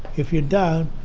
if you don't,